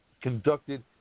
conducted